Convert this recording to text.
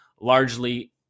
Largely